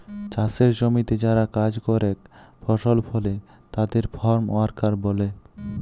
চাসের জমিতে যারা কাজ করেক ফসল ফলে তাদের ফার্ম ওয়ার্কার ব্যলে